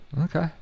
okay